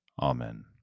Amen